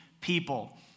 people